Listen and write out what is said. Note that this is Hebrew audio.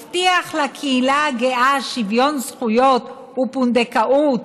הבטיח לקהילה הגאה שוויון זכויות בפונדקאות,